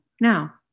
Now